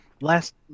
last